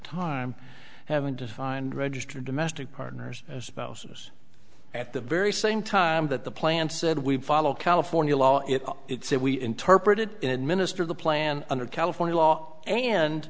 time having to find registered domestic partners as spouses at the very same time that the plan said we'd follow california law if it said we interpreted in minister the plan under california law and